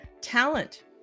talent